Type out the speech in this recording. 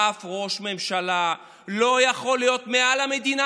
אף ראש ממשלה לא יכול להיות מעל המדינה